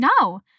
no